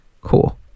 Cool